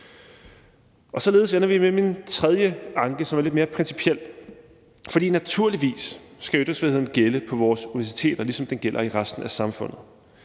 Således ender vi ved min tredje anke, som er lidt mere principiel, for naturligvis skal ytringsfriheden gælde på vores universiteter, ligesom den gælder i resten af samfundet,